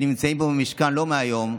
שנמצאים פה במשכן לא מהיום,